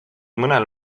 mõnel